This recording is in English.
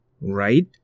right